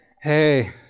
hey